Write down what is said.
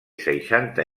seixanta